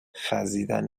خزیدن